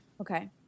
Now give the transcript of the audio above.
Okay